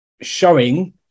showing